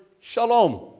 shalom